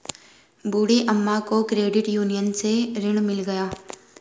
बूढ़ी अम्मा को credit union से ऋण मिल गया है